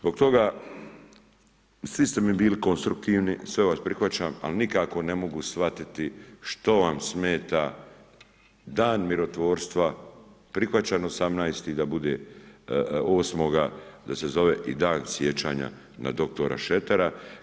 Zbog toga, svi ste mi bili konstruktivni, sve vas prihvaćam, ali nikako ne mogu shvatiti što vam smeta dan mirotvorstva, prihvaćam 18. da bude 8. da se zove i dan sjećanja na dr. Šretera.